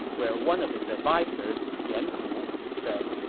where one of his advisers, yan pu, said,